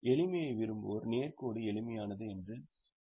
எளிமையை விரும்புவோர் நேர் கோடு எளிமையானது என்று கூறுவோம் என்று நினைக்கிறேன்